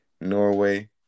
Norway